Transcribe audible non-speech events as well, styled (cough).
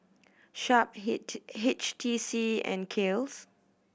Sharp (unintelligible) H T C and Kiehl's